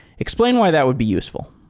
explain why that would be useful.